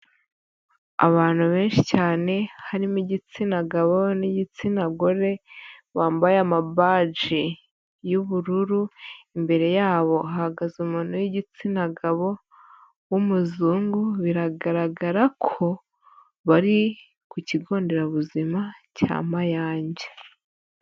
Abantu benshi cyane harimo igitsina gabo n'igitsina gore, bambaye amabaji y'ubururu, imbere yabo hahagaze umuntu w'igitsina gabo w'umuzungu, biragaragara ko bari ku kigo nderabuzima cya Mayange.